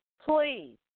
Please